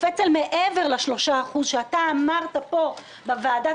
קופץ אל מעבר ל-3% שאתה אמרת פה בוועדת